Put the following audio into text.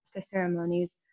ceremonies